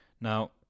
Now